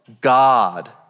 God